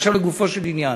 עכשיו, לגופו של עניין,